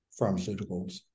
pharmaceuticals